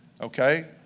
Okay